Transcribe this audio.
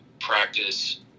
Practice